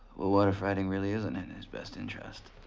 well, what if writing really isn't in his best interest?